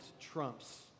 trumps